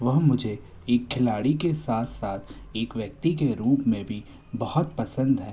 वह मुझे एक खिलाड़ी के साथ साथ एक व्यक्ति के रूप में भी बहुत पसंद है